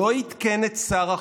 לא עדכן את שר החוץ,